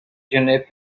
gener